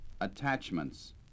attachments